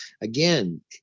again